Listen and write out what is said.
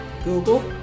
Google